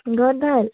ঘৰত ভাল